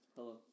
Hello